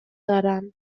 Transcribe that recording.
دارم